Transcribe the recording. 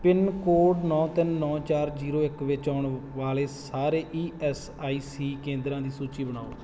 pin code ਨੌ ਤਿੰਨ ਨੌ ਚਾਰ ਜ਼ੀਰੋ ਇੱਕ ਵਿੱਚ ਆਉਣ ਵਾਲੇ ਸਾਰੇ ਈ ਐਸ ਆਈ ਸੀ ਕੇਂਦਰਾਂ ਦੀ ਸੂਚੀ ਬਣਾਓ